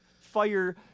fire